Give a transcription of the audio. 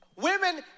Women